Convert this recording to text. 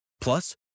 Plus